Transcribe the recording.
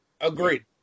Agreed